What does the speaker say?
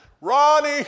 Ronnie